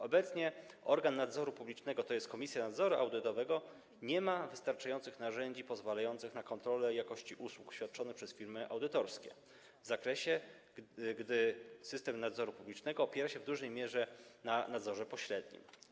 Obecnie organ nadzoru publicznego, tj. Komisja Nadzoru Audytowego, nie ma wystarczających narzędzi pozwalających na kontrole jakości usług świadczonych przez firmy audytorskie w tym zakresie, gdyż system nadzoru publicznego opiera się w dużej mierze na nadzorze pośrednim.